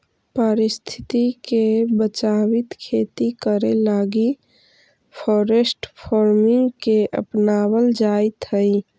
पारिस्थितिकी के बचाबित खेती करे लागी फॉरेस्ट फार्मिंग के अपनाबल जाइत हई